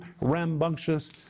rambunctious